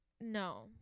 no